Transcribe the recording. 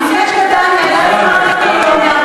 זו שאלה טובה.